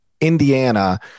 Indiana